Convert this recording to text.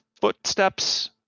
footsteps